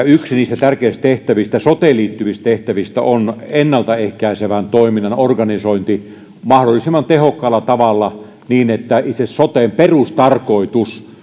yksi niistä tärkeistä soteen liittyvistä tehtävistä on ennalta ehkäisevän toiminnan organisointi mahdollisimman tehokkaalla tavalla niin että itse soten perustarkoitus